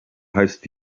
heißt